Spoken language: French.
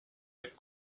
les